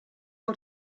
del